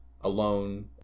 alone